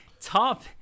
top